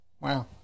Wow